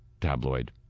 tabloid